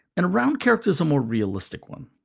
and a round character is a more realistic one.